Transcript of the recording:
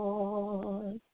Lord